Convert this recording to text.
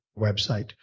website